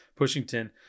Pushington